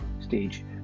stage